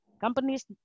companies